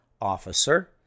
officer